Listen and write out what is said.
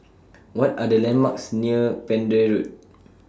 What Are The landmarks near Pender Road